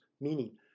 meaning